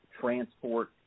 transport